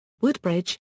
Woodbridge